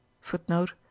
Footnote